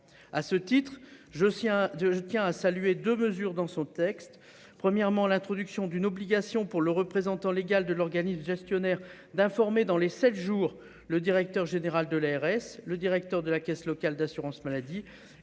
je tiens de. Je tiens à saluer de mesures dans son texte. Premièrement, l'introduction d'une obligation pour le représentant légal de l'organisme gestionnaire d'informer dans les 7 jours, le directeur général de l'ARS, le directeur de la caisse locale d'assurance maladie